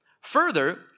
Further